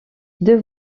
deux